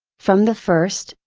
from the first,